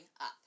up